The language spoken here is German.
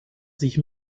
sich